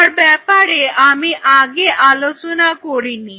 যার ব্যাপারে আমি আগে আলোচনা করি নি